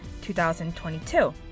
2022